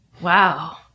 wow